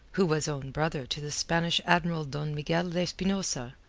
who was own brother to the spanish admiral don miguel de espinosa,